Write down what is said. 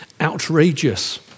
outrageous